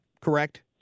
correct